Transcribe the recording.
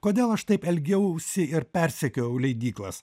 kodėl aš taip elgiausi ir persekiojau leidyklas